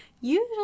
usually